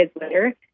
later